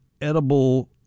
edible